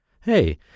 Hey